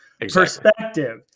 Perspective